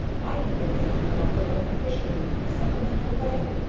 i had been thinking about the lonely fisherman in a sentimental way,